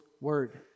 word